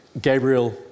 Gabriel